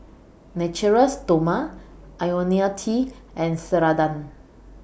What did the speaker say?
Natura Stoma Ionil T and Ceradan